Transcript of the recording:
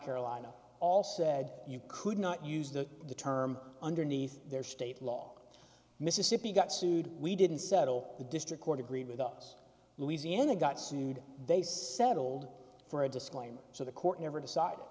carolina all said you could not use the term underneath their state law mississippi got sued we didn't settle the district court agreed with us louisiana got sued they settled for a disclaimer so the court never